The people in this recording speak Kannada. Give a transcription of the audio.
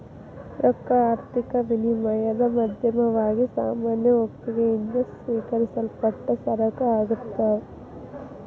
ರೊಕ್ಕಾ ಆರ್ಥಿಕ ವಿನಿಮಯದ್ ಮಾಧ್ಯಮವಾಗಿ ಸಾಮಾನ್ಯ ಒಪ್ಪಿಗಿ ಯಿಂದ ಸ್ವೇಕರಿಸಲ್ಪಟ್ಟ ಸರಕ ಆಗಿರ್ತದ್